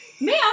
ma'am